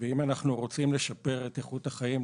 אם אנחנו רוצים לשפר את איכות החיים,